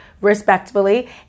respectfully